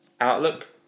Outlook